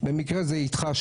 במקרה זה אתך.